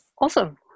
Awesome